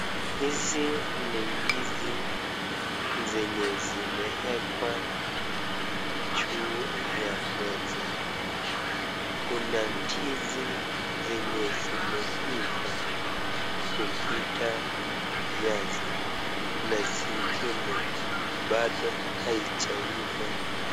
Hizi ni ndizi zenye zimewekwa juu ya meza, kuna ndizi zenye zimeiva kupita kiasi, na zingine bado haijaiva.